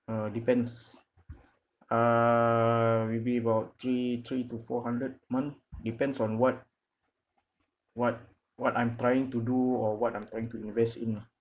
uh depends err maybe about three three to four hundred month depends on what what what I'm trying to do or what I'm trying to invest in lah